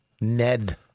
Ned